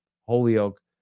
Holyoke